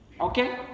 okay